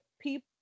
people